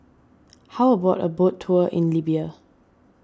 how about a boat tour in Libya